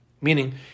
Meaning